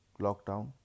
lockdown